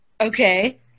Okay